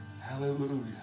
Hallelujah